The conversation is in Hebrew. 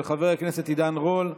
של חבר הכנסת עידן רול.